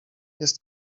jest